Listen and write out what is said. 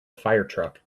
firetruck